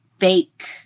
fake